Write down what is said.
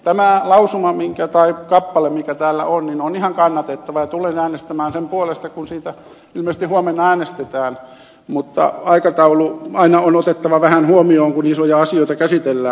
tämä kappale mikä täällä on on ihan kannatettava ja tulen äänestämään sen puolesta kun siitä ilmeisesti huomenna äänestetään mutta aikataulu on aina otettava vähän huomioon kun isoja asioita käsitellään